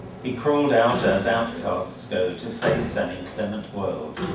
he crawled out as outcasts go to face an inclement world.